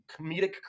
comedic